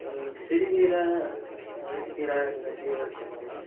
ம் சிறுகீரை அகத்திக்கீரை அந்த கீரை இருக்காங்கண்ணா